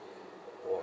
!wah!